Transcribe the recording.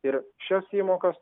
ir šias įmokas